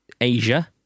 Asia